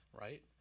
right